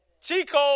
Chico